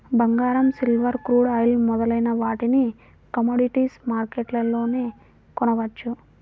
బంగారం, silver, crude oil మొదలైన వాటిని కమోడిటీస్ మార్కెట్లోనే కొనవచ్చు